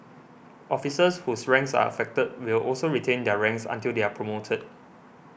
officers whose ranks are affected will also retain their ranks until they are promoted